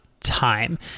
time